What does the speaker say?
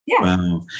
Wow